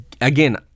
Again